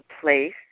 place